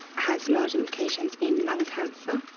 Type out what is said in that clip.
has large implications in lung cancer.